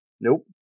Nope